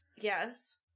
Yes